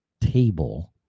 table